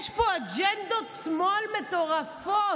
יש פה אג'נדות שמאל מטורפות,